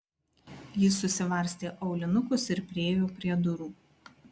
ji susivarstė aulinukus ir priėjo prie durų